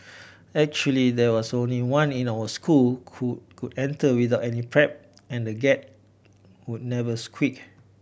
actually there was only one in our school who could enter without any prep and the Gate would never squeak